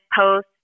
post